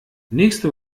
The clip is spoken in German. nächste